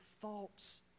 thoughts